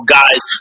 guys